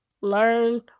learn